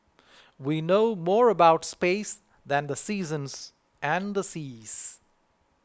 we know more about space than the seasons and seas